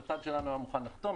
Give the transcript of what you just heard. הצד שלנו היה מוכן לחתום,